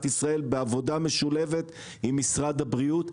ישראל בעבודה משולבת עם משרד הבריאות.